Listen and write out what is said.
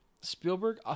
Spielberg